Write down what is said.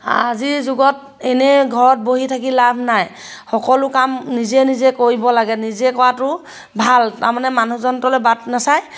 আজিৰ যুগত এনেই ঘৰত বহি থাকি লাভ নাই সকলো কাম নিজে নিজে কৰিব লাগে নিজে কৰাটো ভাল তাৰমানে মানুহজনহঁতলৈ বাট নাচাই